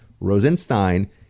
Rosenstein